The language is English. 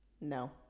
no